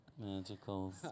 Magical